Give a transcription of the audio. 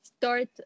start